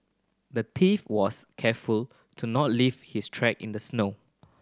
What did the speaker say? the thief was careful to not leave his track in the snow